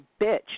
bitch